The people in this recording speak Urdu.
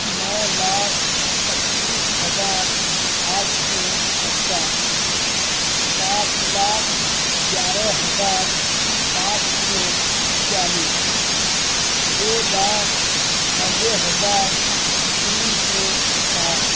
نو لاکھ پچیس ہزار آٹھ سو پچاس ساتھ لاکھ گیارے ہزار پانچ سو چالیس دو لاکھ نوے ہزار تین سو ساٹھ